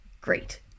great